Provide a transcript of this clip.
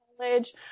college